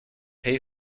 pay